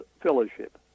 Fellowship